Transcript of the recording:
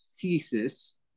thesis